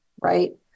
right